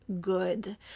good